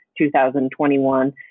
2021